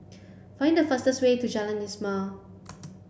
find the fastest way to Jalan Ismail